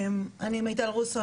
אני מיטל רוסו,